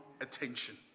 attention